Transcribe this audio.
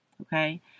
okay